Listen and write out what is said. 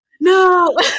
No